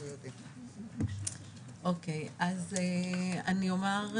אז אני אומר,